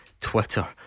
Twitter